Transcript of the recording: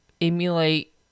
emulate